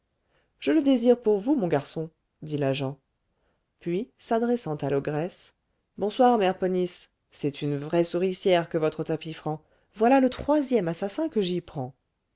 je le désire pour vous mon garçon dit l'agent puis s'adressant à l'ogresse bonsoir mère ponisse c'est une vraie souricière que votre tapis franc voilà le troisième assassin que j'y prends